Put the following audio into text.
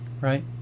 right